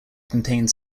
contains